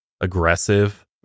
aggressive